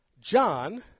John